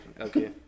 okay